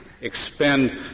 expend